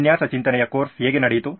ವಿನ್ಯಾಸ ಚಿಂತನೆಯ ಕೋರ್ಸ್ ಹೇಗೆ ನಡೆಯಿತು